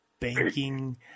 Banking